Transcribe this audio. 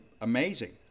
amazing